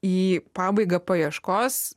į pabaigą paieškos